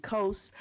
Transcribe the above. Coast